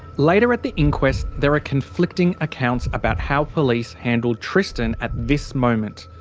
later, at the inquest, there are conflicting accounts, about how police handled tristan at this moment.